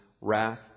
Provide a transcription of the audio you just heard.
wrath